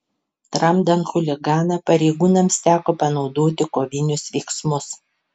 tramdant chuliganą pareigūnams teko panaudoti kovinius veiksmus